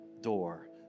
door